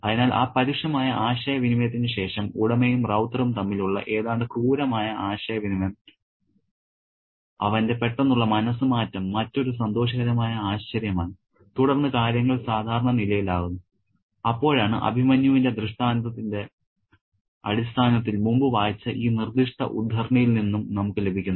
അതിനാൽ ആ പരുഷമായ ആശയ വിനിമയത്തിന് ശേഷം ഉടമയും റൌത്തറും തമ്മിലുള്ള ഏതാണ്ട് ക്രൂരമായ ആശയ വിനിമയം അവന്റെ പെട്ടെന്നുള്ള മനസ്സ് മാറ്റം മറ്റൊരു സന്തോഷകരമായ ആശ്ചര്യമാണ് തുടർന്ന് കാര്യങ്ങൾ സാധാരണ നിലയിലാകുന്നു അപ്പോഴാണ് അഭിമന്യുവിന്റെ ദൃഷ്ടാന്തത്തിന്റെ അടിസ്ഥാനത്തിൽ മുമ്പ് വായിച്ച ഈ നിർദ്ദിഷ്ട ഉദ്ധരണിയിൽ നിന്നും നമുക്ക് ലഭിക്കുന്നത്